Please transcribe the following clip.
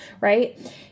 right